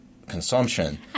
Consumption